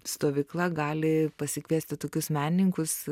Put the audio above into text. stovykla gali pasikviesti tokius menininkus